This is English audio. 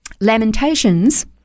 Lamentations